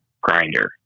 grinder